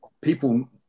people